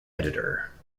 editor